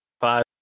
five